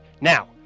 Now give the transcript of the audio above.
now